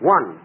One